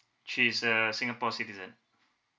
she is a singapore citizen